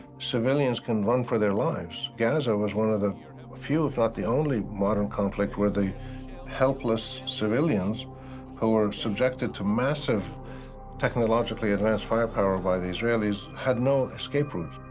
civilians can run for their lives. gaza was one of the you know few, if not the only, modern conflict where the helpless civilians who were subjected to massive technologically advanced firepower by the israelis had no escape routes.